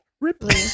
Ripley